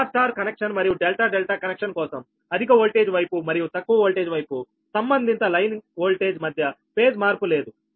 star star connection మరియు delta delta connection కోసం అధిక వోల్టేజ్ వైపు మరియు తక్కువ వోల్టేజ్ వైపు సంబంధిత లైన్ వోల్టేజ్ మధ్య ఫేజ్ మార్పు లేదు